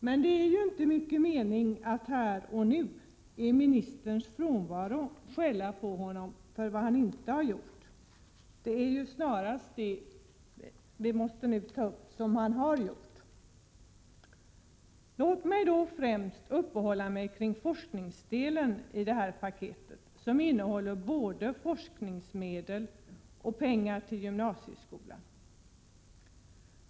Men det är ju inte mycket mening med att här och nu, i ministerns frånvaro, skälla på honom för vad han inte har gjort. Man måste ta upp det som han har gjort. Låt mig då främst uppehålla mig vid forskningsdelen i det här paketet, som innehåller både forskningsmedel och pengar till gymnasieskolan.